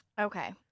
Okay